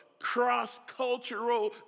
cross-cultural